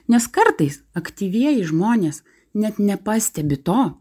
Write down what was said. nes kartais aktyvieji žmonės net nepastebi to